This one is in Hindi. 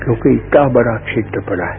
क्योंकि इतना बड़ा क्षेत्र पड़ा है